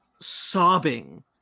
sobbing